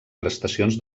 prestacions